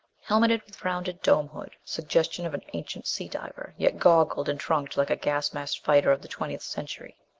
helmeted, with rounded dome hood, suggestion of an ancient sea diver, yet goggled and trunked like a gas-masked fighter of the twentieth century.